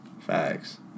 Facts